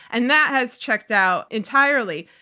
and that has checked out entirely.